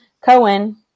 Cohen